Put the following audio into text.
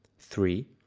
three.